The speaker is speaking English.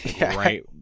right